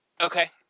Okay